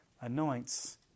anoints